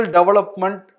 Development